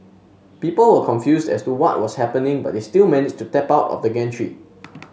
people were confused as to what was happening but they still managed to tap out of the gantry